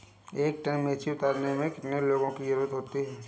एक टन मिर्ची उतारने में कितने लोगों की ज़रुरत होती है?